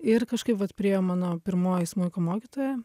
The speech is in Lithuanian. ir kažkaip vat priėjo mano pirmoji smuiko mokytoja